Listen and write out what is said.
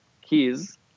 keys